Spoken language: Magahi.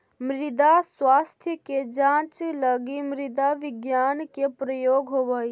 मृदा स्वास्थ्य के जांच लगी मृदा विज्ञान के प्रयोग होवऽ हइ